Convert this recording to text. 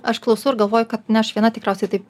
aš klausau ir galvoju kad ne aš viena tikriausiai taip